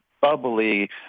bubbly